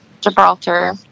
Gibraltar